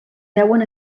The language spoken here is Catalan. deuen